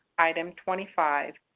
item twenty five.